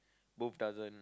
both doesn't